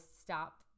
stop